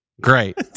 Great